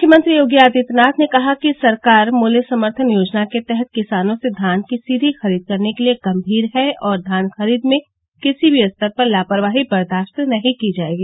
मुख्यमंत्री योगी आदित्यनाथ ने कहा कि सरकार मुल्य समर्थन योजना के तहत किसानों से धान की सीधी खरीद करने के लिए गम्मीर है और धान खरीद में किसी भी स्तर पर लापरवाही बर्दाश्त नहीं की जाएगी